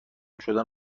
شدن